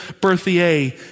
Berthier